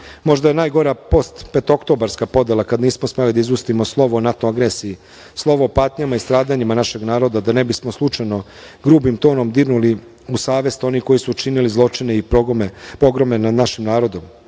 možda je najgora post petooktobarska podela kada nismo smeli da izustimo slovo NATO agresiji, slovo patnjama i stradanjima našeg naroda da ne bismo slučajno grubim tonom dirnuli u savest onih koji su činili zločine i pogrome nad našim narodom.